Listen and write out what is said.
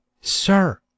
Sir